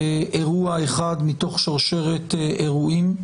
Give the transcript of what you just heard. אירוע אחד מתוך שרשרת אירועים,